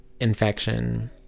infection